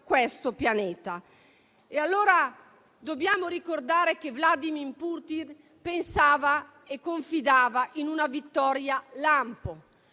questo pianeta. Dobbiamo ricordare che Vladimir Putin pensava e confidava in una vittoria lampo.